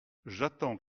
j’attends